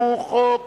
שהוא חוק